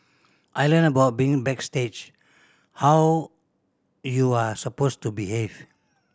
I learnt about being backstage how you are supposed to behave